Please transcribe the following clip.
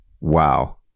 Wow